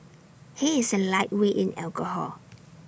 he is A lightweight in alcohol